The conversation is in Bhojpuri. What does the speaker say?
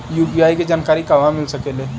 यू.पी.आई के जानकारी कहवा मिल सकेले?